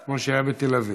כמו שהיה בתל אביב.